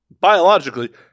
biologically